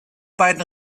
beiden